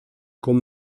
con